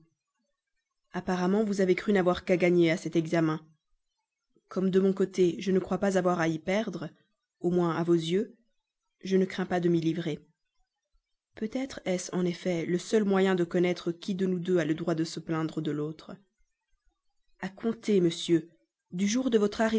apparemment vous avez cru n'avoir qu'à gagner à cet examen comme de mon côté je ne crois pas avoir à y perdre au moins à vos yeux je ne crains pas de m'y livrer peut-être est-ce en effet le seul moyen de connaître qui de nous deux a le droit de se plaindre de l'autre a compter monsieur du jour de votre